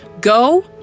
go